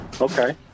Okay